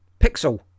Pixel